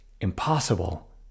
impossible